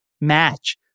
match